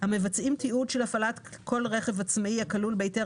המבצעים תיעוד של הפעלת כל רכב עצמאי הכלול בהיתר